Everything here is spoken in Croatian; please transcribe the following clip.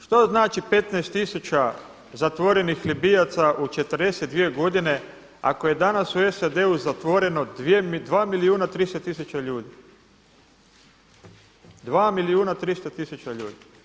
Što znači 15 tisuća zatvorenih Libijaca u 42 godine ako je danas u SAD-u zatvoreno 2 milijuna 300 tisuća ljudi, 2 milijuna 300 tisuća ljudi.